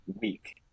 week